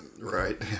Right